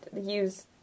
Use